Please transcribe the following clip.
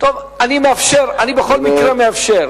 אני בכל מקרה מאפשר,